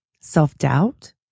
Self-doubt